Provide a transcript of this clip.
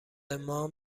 مام